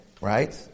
right